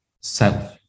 self